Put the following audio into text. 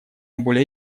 более